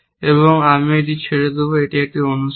এবং আমি এটি ছেড়ে দেব এটি একটি অনুশীলন